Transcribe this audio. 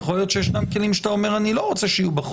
יכול להיות שיש כלים שאתה אומר שאתה לא רוצה שיהיו בחוק.